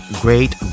great